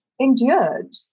endured